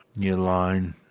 new line.